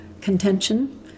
contention